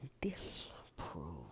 disprove